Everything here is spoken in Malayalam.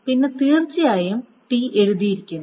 പിന്നെ തീർച്ചയായും ടി എഴുതിയിരിക്കുന്നു